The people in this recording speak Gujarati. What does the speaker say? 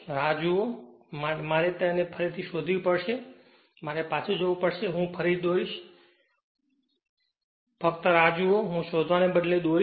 રાહ જુઓ મારે તેને ફરીથી શોધવી પડશે મારે પાછું જવું પડશે હું ફરી દોરીશ ફક્ત રાહ જુઓ હું શોધવાને બદલે દોરીશ